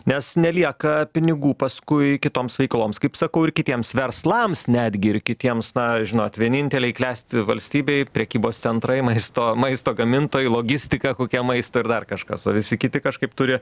nes nelieka pinigų paskui kitoms veikloms kaip sakau ir kitiems verslams netgi ir kitiems na žinot vieninteliai klesti valstybėj prekybos centrai maisto maisto gamintojai logistika kokia maisto ir dar kažkas o visi kiti kažkaip turi